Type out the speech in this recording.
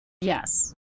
Yes